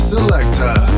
Selector